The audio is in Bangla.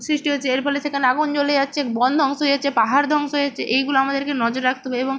সৃষ্টি হচ্ছে এর ফলে সেখানে আগুন জ্বলে যাচ্ছে বন ধ্বংস হয়ে যাচ্ছে পাহাড় ধ্বংস হয়ে যাচ্ছে এইগুলো আমাদেরকে নজর রাখতে হবে এবং